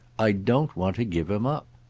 i don't want to give him up.